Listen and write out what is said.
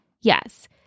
Yes